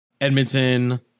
edmonton